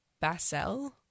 Basel